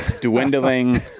dwindling